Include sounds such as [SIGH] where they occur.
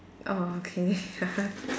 orh okay [LAUGHS]